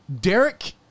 Derek